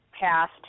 passed